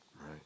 Right